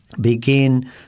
begin